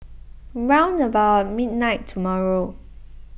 round about midnight tomorrow